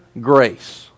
grace